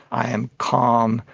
i am calm,